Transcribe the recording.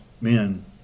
men